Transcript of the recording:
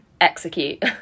Execute